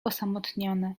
osamotnione